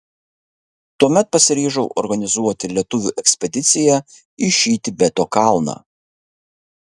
tuomet pasiryžau organizuoti lietuvių ekspediciją į šį tibeto kalną